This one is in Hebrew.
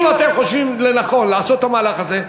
אם אתם חושבים לנכון לעשות את המהלך הזה,